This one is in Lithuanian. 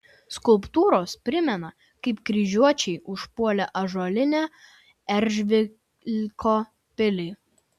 skulptūros primena kaip kryžiuočiai užpuolė ąžuolinę eržvilko pilį